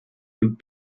und